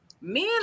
Men